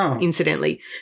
incidentally